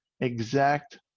exact